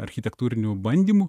architektūrinių bandymų